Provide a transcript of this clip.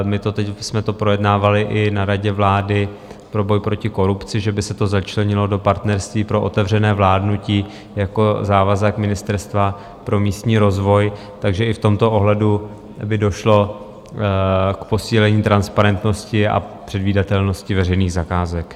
My jsme to teď projednávali i na radě vlády pro boj proti korupci, že by se to začlenilo do partnerství pro otevřené vládnutí jako závazek Ministerstva pro místní rozvoj, takže i v tomto ohledu by došlo k posílení transparentnosti a předvídatelnosti veřejných zakázek.